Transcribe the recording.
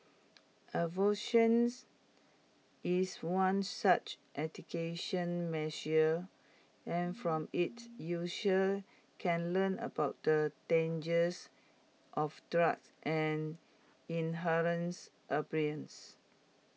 aversions is one such education measure and from IT users can learn about the dangers of drug and